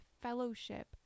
fellowship